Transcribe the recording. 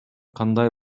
кандай